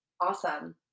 Awesome